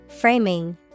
Framing